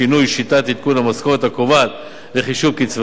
שיטת עדכון המשכורת הקובעת לחישוב קצבה,